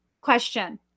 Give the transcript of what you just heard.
question